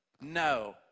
No